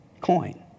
coin